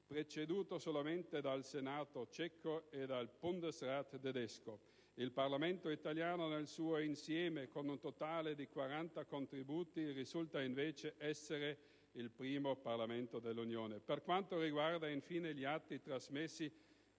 preceduto solamente dal Senato ceco e dal Bundesrat tedesco. Il Parlamento italiano nel suo insieme, con un totale di 40 contributi, risulta invece essere il primo Parlamento dell'Unione. Per quanto riguarda, infine, gli atti trasmessi